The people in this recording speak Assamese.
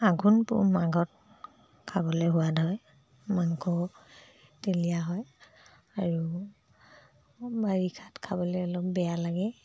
আঘোণ পুহ মাঘত খাবলৈ সোৱাদ হয় মাংস তেলিয়া হয় আৰু বাৰিষাত খাবলৈ অলপ বেয়া লাগে